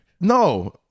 No